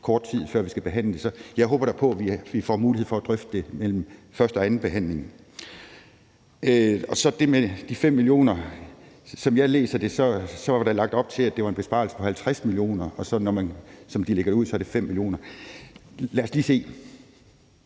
kort tid før vi skal behandle det. Så jeg håber da på, at vi får mulighed for at drøfte det mellem første og anden behandling. Som jeg læser det med de 5 mio. kr., var der lagt op til, at det var en besparelse på 50 mio. kr., og som de lægger det ud, er det 5 mio. kr. Lad os lige se.